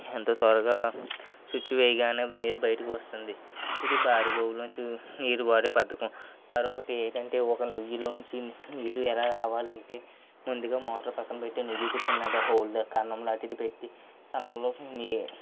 ఎంత త్వరగా స్విచ్ వేయగానే నీరు బయటకు వస్తుంది ఇది బోరు బావిలోంచి నీరు పారే పద్ధతి మరొకటి ఏమిటంటే ఒక నుయ్యిలోంచి నీరు ఎలా రావాలి అంటే ముందుగా మోటార్ ప్రక్కన పెట్టి నుయ్యికి చిన్నహోల్లో కన్నం లాంటిది పెట్టి కన్నంలోకి నీ